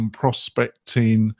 prospecting